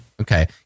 Okay